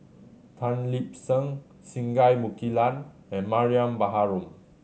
Tan Lip Seng Singai Mukilan and Mariam Baharom